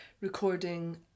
recording